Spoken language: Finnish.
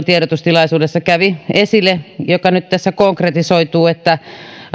tiedotustilaisuudessa kävi esille mikä nyt tässä konkretisoituu että